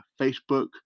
Facebook